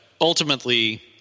ultimately